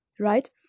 Right